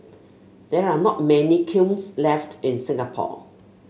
there are not many kilns left in Singapore